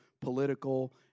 political